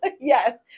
Yes